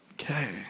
Okay